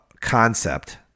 concept